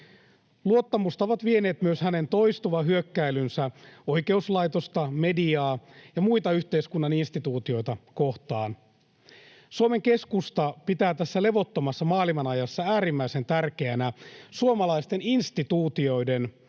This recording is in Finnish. Luottamusta ovat vieneet myös hänen toistuva hyökkäilynsä oikeuslaitosta, mediaa ja muita yhteiskunnan instituutioita kohtaan. Suomen keskusta pitää tässä levottomassa maailmanajassa äärimmäisen tärkeänä suomalaisten instituutioiden